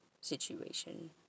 situation